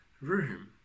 room